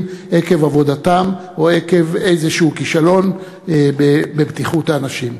עקב עבודתם או עקב איזשהו כישלון בבטיחות האנשים.